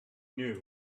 knew